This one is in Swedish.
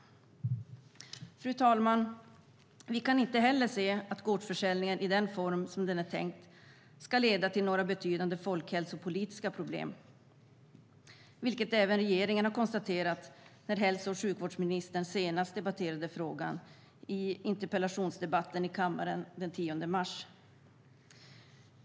Fru talman! Vi kan inte heller se att gårdsförsäljning i den form som den är tänkt skulle leda till några betydande folkhälsopolitiska problem. Även regeringen har konstaterat detta, som när hälso och sjukvårdsministern senast debatterade frågan i en interpellationsdebatt i kammaren den 10 mars.